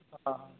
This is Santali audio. ᱚ